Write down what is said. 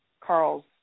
Carl's